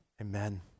Amen